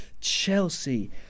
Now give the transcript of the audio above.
Chelsea